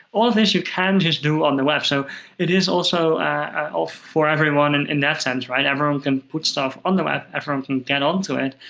all of this you can just do on the web. so it is also ah for everyone and in that sense. everyone can put stuff on the web. everyone can get onto it.